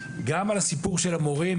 גם על הסיפור של המורים,